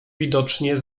widocznie